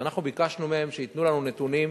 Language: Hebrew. אנחנו ביקשנו מהם שייתנו לנו נתונים,